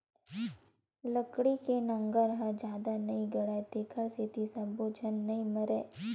लकड़ी के नांगर ह जादा नइ गड़य तेखर सेती सब्बो बन ह नइ मरय